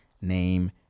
name